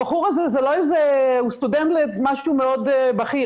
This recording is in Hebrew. הבחור הזה הוא סטודנט למשהו מאוד בכיר,